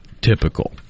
typical